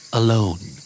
alone